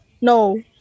No